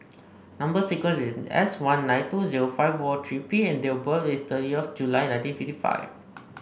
number sequence is S one nine two zero five four three P and date of birth is thirtieth of July nineteen fifty five